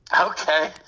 Okay